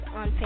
on